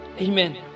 Amen